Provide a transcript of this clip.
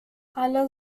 alle